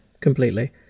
completely